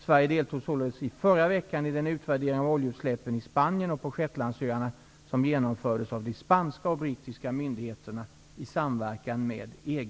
Sverige deltog således i förra veckan i den utvärdering av oljeutsläppen i Spanien och på Shetlandsöarna som genomfördes av de spanska och brittiska myndigheterna i samverkan med EG